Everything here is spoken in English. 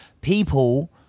people